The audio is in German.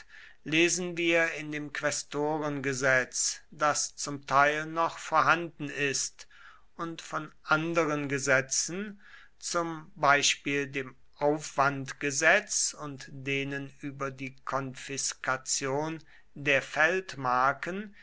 lesen wir in dem quästorengesetz das zum teil noch vorhanden ist und von anderen gesetzen zum beispiel dem aufwandgesetz und denen über die konfiskation der feldmarken